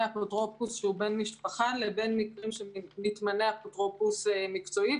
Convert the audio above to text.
אפוטרופוס שהוא בן משפחה לבין מקרים שמתמנה אפוטרופוס מקצועי,